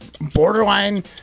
borderline